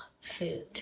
food